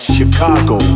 Chicago